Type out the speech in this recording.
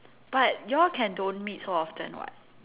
but you all can don't meet so often [what]